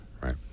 right